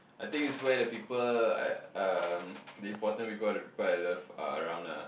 I think it's where the people I um the important people the people I love are around ah